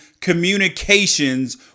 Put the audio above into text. communications